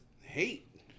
hate